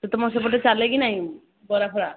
ତୁମ ସେପଟେ ଚାଲେ କି ନାହିଁ ବରା ଫରା